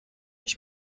ich